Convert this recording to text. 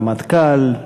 הרמטכ"ל,